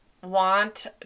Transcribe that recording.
Want